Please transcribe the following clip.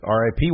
RIP